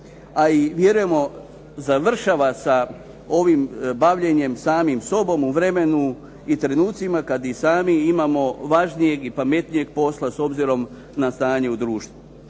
a i vjerujemo završava sa ovim bavljenjem samim sobom u vremenu i trenucima kada i sami imamo važnijeg i pametnijeg posla s obzirom na stanje u društvu.